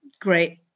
great